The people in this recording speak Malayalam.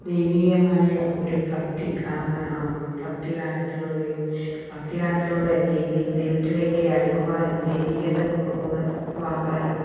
ദൈവീകമായ ഒരു ഭക്തി ആ ഭക്തി ഗാനത്തിലൂടെയും ഭക്തി ഗാനത്തിലൂടെ ദൈവത്തിലേക്ക് അടുക്കുവാനും ദൈവികത ഉളവാക്കാനും